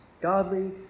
godly